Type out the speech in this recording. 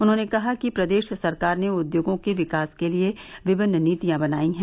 उन्होंने कहा कि प्रदेश सरकार ने उद्योगों के विकास के लिए विभिन्न नीतियां बनाई हैं